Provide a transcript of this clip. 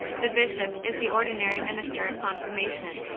the bishop is the ordinary minister of confirmation.